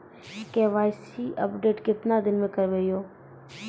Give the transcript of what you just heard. KYC update केतना दिन मे करेबे यो?